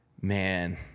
Man